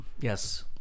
yes